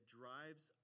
drives